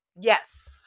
Yes